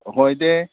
हूंय तें